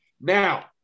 Now